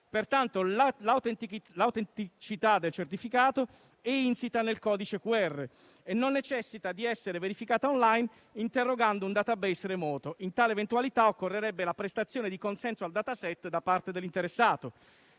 Pertanto, l'autenticità del certificato è insita nel codice QR e non necessita di essere verificata *on line* interrogando un *database* remoto. In tale eventualità occorrerebbe la prestazione di consenso al *dataset* da parte dell'interessato.